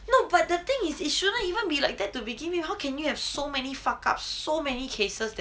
no but the thing is it shouldn't even be like that to begin with how can you have so many fuck up so many cases that